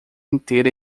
inteira